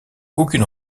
aucune